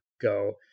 go